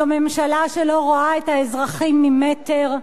זו ממשלה שלא רואה את האזרחים ממטר,